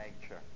nature